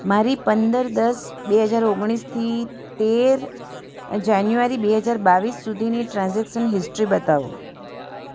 મારી પંદર દસ બે હજાર ઓગણીસથી તેર જાન્યુઆરી બે હજાર બાવીસ સુધીની ટ્રાન્ઝેક્સન હિસ્ટ્રી બતાવો